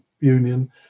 Union